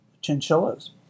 chinchillas